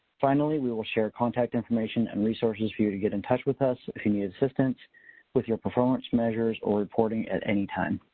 finally, we will share contact information and resources for you to get in touch with us. if you needed assistance with your performance measures or reporting at any time.